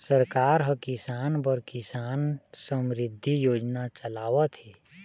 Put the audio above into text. सरकार ह किसान बर किसान समरिद्धि योजना चलावत हे